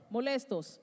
Molestos